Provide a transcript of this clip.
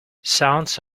sounds